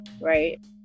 right